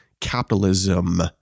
capitalism